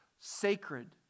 sacred